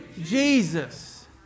Jesus